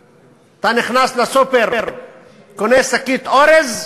מזור, לבוש,